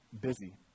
Busy